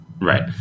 right